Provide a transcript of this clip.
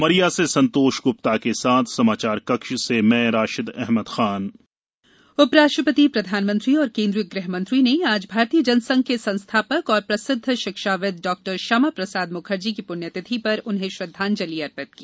उमरिया से संतोष गुप्ता के साथ समाचार कक्ष से राशिद अहमद खान श्यामा प्रसाद मुखर्जी उपराष्ट्रपति प्रधानमंत्री और केन्द्रीय गृह मंत्री ने आज भारतीय जन संघ के संस्थापक और प्रसिद्ध शिक्षाविद् डॉक्टर श्यामा प्रसाद मुखर्जी की पुण्यतिथि पर उन्हें श्रद्धाजंलि अर्पित की